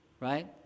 right